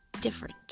Different